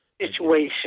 Situation